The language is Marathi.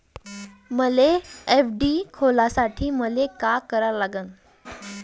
मले एफ.डी खोलासाठी मले का करा लागन?